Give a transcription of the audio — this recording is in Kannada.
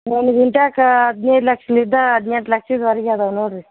ಒಂದು ಗುಂಟ್ಯಾಕಾ ಹದಿನೈದು ಲಕ್ಷದಿಂದಾ ಹದ್ನೆಂಟು ಲಕ್ಷದವರೆಗ್ ಇದಾವ್ ನೋಡ್ರಿ